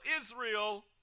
Israel